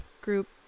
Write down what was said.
group